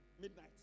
Midnight